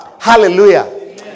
Hallelujah